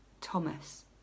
Thomas